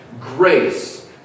Grace